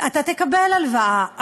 אתה תקבל הלוואה,